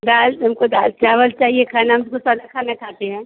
दाल हमको दाल चावल चाहिए खाना में हम तो सारा खाना खाते हैं